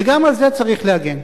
וגם על זה צריך להגן.